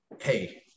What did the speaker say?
hey